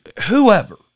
whoever